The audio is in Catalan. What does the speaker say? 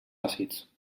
àcids